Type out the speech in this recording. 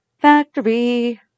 factory